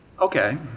okay